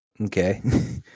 Okay